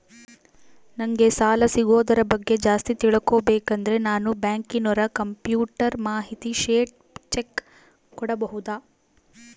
ನಂಗೆ ಸಾಲ ಸಿಗೋದರ ಬಗ್ಗೆ ಜಾಸ್ತಿ ತಿಳಕೋಬೇಕಂದ್ರ ನಾನು ಬ್ಯಾಂಕಿನೋರ ಕಂಪ್ಯೂಟರ್ ಮಾಹಿತಿ ಶೇಟ್ ಚೆಕ್ ಮಾಡಬಹುದಾ?